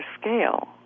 scale